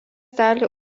dalį